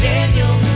Daniel